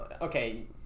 Okay